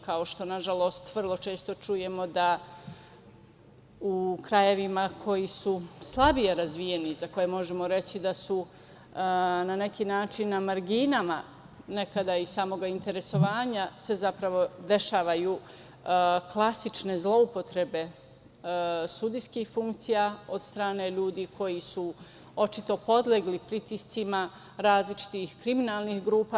Kao što nažalost vrlo često čujemo da u krajevima koji su slabije razvijeni, za koje možemo reći da su na neki način na marginama nekada i samog interesovanja se zapravo dešavaju klasične zloupotrebe sudijski funkcija od strane ljudi koji su očito podlegli pritiscima različitih kriminalnih grupa.